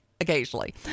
Occasionally